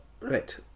Right